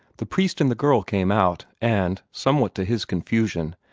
the priest and the girl came out, and, somewhat to his confusion,